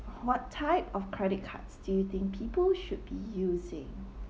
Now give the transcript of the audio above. what type of credit cards do you think people should be using